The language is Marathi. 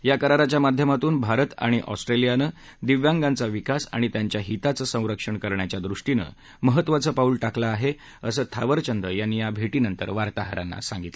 या कराराच्या माध्यमातून भारत आणि ऑस्ट्रेसियानं दिव्यांगांचा विकास आणि त्यांच्या हिताचं संरक्षण करण्याच्यादृष्टीनं महत्वाचं पाऊल टाकलं आहञिसं थावरचंद यांनी या भटीनंतर वार्ताहरांना सांगितलं